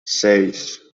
seis